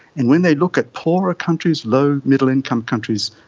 and when they look at poorer countries, low, middle income countries,